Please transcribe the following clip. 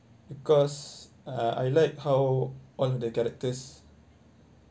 because uh I like how all the characters